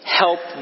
help